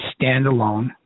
standalone